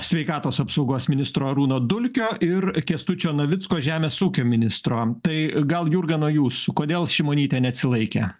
sveikatos apsaugos ministro arūno dulkio ir kęstučio navicko žemės ūkio ministro tai gal jurga nuo jūsų kodėl šimonytė neatsilaikė